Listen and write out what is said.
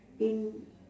in